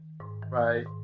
right